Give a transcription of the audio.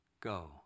go